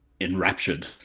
enraptured